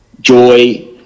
joy